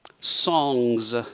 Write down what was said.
songs